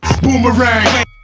Boomerang